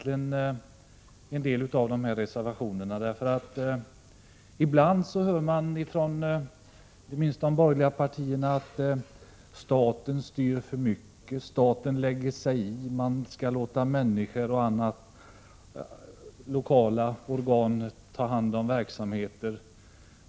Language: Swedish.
Ibland hör man inte minst från de borgerliga partierna att staten styr för mycket och lägger sig i och att man skall låta människor själva bestämma eller lokala organ ta hand om verksamheter.